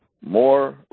more